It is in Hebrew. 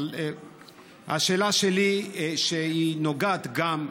אבל השאלה שלי, שנוגעת גם,